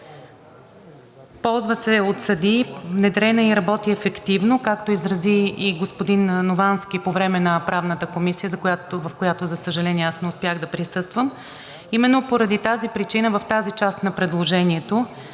ползва се от съдии, внедрена е и работи ефективно, както изрази и господин Новански по време на Правната комисия, в която, за съжаление, аз не успях да присъствам. Именно поради тази причина, в тази част на предложението,